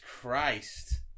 Christ